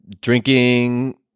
drinking